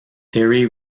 terry